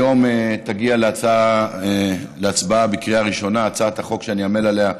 היום תגיע להצבעה בקריאה ראשונה הצעת החוק שאני עמל עליה,